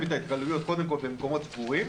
את ההתקהלויות קודם כול במקומות סגורים,